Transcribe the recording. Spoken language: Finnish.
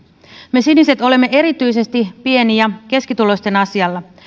me siniset olemme erityisesti pieni ja keskituloisten asialla